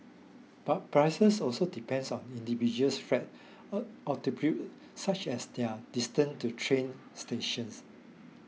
but prices also depends on individuals friend such as their distant to train stations